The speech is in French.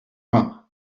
vingt